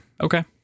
Okay